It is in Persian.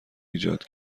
ایجاد